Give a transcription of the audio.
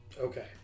Okay